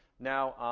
now,